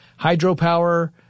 hydropower